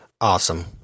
awesome